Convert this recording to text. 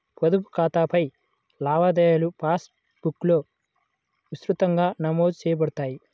పొదుపు ఖాతాలపై లావాదేవీలుపాస్ బుక్లో విస్తృతంగా నమోదు చేయబడతాయి